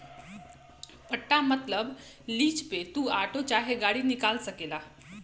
पट्टा मतबल लीज पे तू आटो चाहे गाड़ी निकाल सकेला